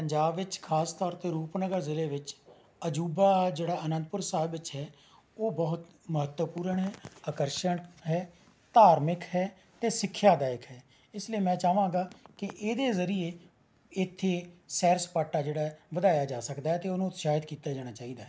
ਪੰਜਾਬ ਵਿਚ ਖਾਸ ਤੌਰ 'ਤੇ ਰੂਪਨਗਰ ਜ਼ਿਲ੍ਹੇ ਵਿੱਚ ਅਜੂਬਾ ਜਿਹੜਾ ਅਨੰਦਪੁਰ ਸਾਹਿਬ ਵਿੱਚ ਹੈ ਉਹ ਬਹੁਤ ਮਹੱਤਵਪੂਰਨ ਹੈ ਆਕਰਸ਼ਣ ਹੈ ਧਾਰਮਿਕ ਹੈ ਅਤੇ ਸਿੱਖਿਆ ਦਾਇਕ ਹੈ ਇਸ ਲਈ ਮੈਂ ਚਾਹਵਾਂਗਾ ਕਿ ਇਹਦੇ ਜ਼ਰੀਏ ਇੱਥੇ ਸੈਰ ਸਪਾਟਾ ਜਿਹੜਾ ਹੈ ਵਧਾਇਆ ਜਾ ਸਕਦਾ ਹੈ ਅਤੇ ਉਹਨੂੰ ਉਤਸ਼ਾਹਿਤ ਕੀਤਾ ਜਾਣਾ ਚਾਹੀਦਾ ਹੈ